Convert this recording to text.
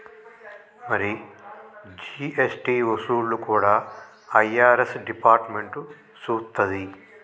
మరి జీ.ఎస్.టి వసూళ్లు కూడా ఐ.ఆర్.ఎస్ డిపార్ట్మెంట్ సూత్తది